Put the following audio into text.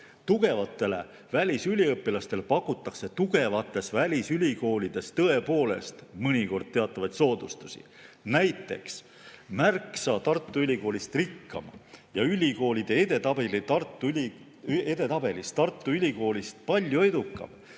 Tugevatele välisüliõpilastele pakutakse tugevates välisülikoolides tõepoolest mõnikord teatavaid soodustusi. Näiteks Tartu Ülikoolist märksa rikkam ja ülikoolide edetabelis Tartu Ülikoolist palju edukam,